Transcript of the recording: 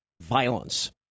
violence